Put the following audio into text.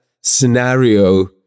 scenario